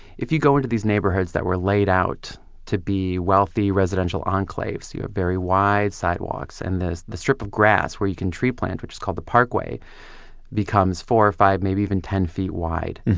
if you go into these neighborhoods that were laid out to be wealthy residential enclaves, you have very wide sidewalks, and the strip of grass where you can tree plant, which is called the parkway becomes four or five, maybe even ten feet wide.